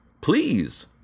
Please